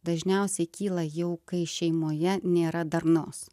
dažniausiai kyla jau kai šeimoje nėra darnos